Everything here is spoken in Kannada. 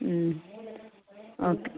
ಹ್ಞೂ ಓಕೆ